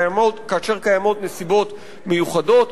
כאשר קיימות נסיבות מיוחדות,